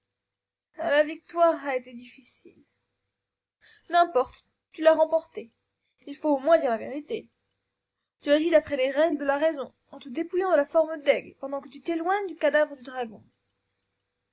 la victoire a été difficile n'importe tu l'as remportée il faut au moins dire la vérité tu agis d'après les règles de la raison en te dépouillant de la forme d'aigle pendant que tu t'éloignes du cadavre du dragon